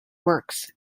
works